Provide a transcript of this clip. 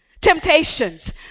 Temptations